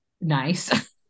nice